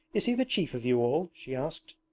is he the chief of you all she asked.